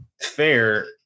fair